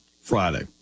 Friday